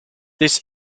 this